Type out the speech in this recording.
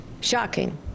Shocking